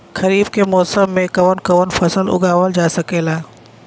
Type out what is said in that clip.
खरीफ के मौसम मे कवन कवन फसल उगावल जा सकेला?